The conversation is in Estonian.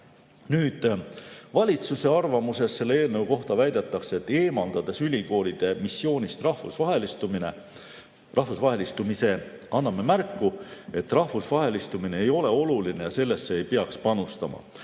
Nüüd, valitsuse arvamuses selle eelnõu kohta väidetakse, et eemaldades ülikoolide missioonist rahvusvahelistumise, anname märku, et rahvusvahelistumine ei ole oluline ja sellesse ei peaks panustama.